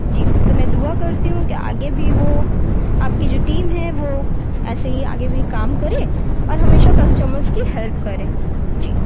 جی تو میں دعا کرتی ہوں کہ آگے بھی وہ آپ کی جو ٹیم ہے وہ ایسے ہی آگے بھی کام کرے اور ہمیشہ کسٹمرس کی ہیلپ کریں جی